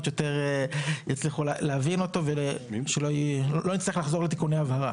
יסתדרו יותר ולא נזדקק לתיקוני הבהרה.